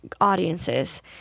audiences